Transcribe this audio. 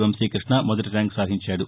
వంశీకృష్ణ మొదటి ర్యాంకు సాధించాడు